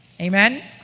amen